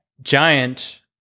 Giant